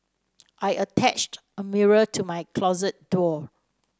I attached a mirror to my closet door